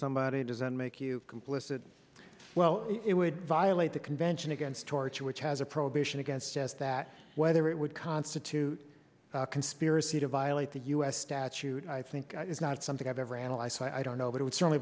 somebody doesn't make you complicit well it would violate the convention against torture which has a prohibition against just that whether it would constitute conspiracy to violate the u s statute i think it's not something i've ever analyzed so i don't know but i would